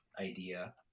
idea